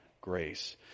grace